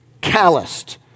calloused